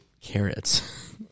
carrots